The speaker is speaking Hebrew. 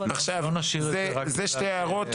לא נשאיר את זה רק בשלב הערות --- אלה שתי הערות,